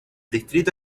distrito